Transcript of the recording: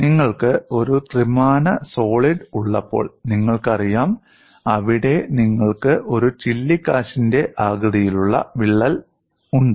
നിങ്ങൾക്ക് ഒരു ത്രിമാന സോളിഡ് ഉള്ളപ്പോൾ നിങ്ങൾക്കറിയാം അവിടെ നിങ്ങൾക്ക് ഒരു ചില്ലിക്കാശിന്റെ ആകൃതിയിലുള്ള വിള്ളൽ ഉണ്ട്